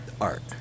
art